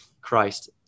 Christ